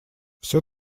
все